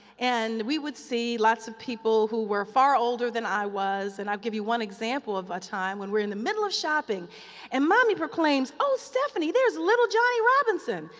and we would see lots of people who were far older than i was, and i'll give you one example of a time when we're in the middle of shopping and mommy proclaims, oh, stephanie, there's little johnny robinson,